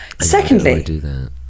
secondly